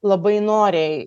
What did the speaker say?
labai noriai